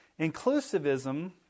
Inclusivism